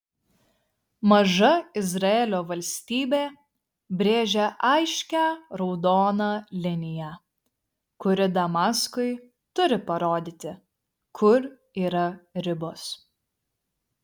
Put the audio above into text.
maža izraelio valstybė brėžia aiškią raudoną liniją kuri damaskui turi parodyti kur yra ribos